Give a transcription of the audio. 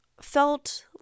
felt